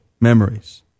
memories